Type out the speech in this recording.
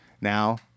now